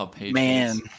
Man